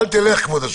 אל תלך, כבוד השופט,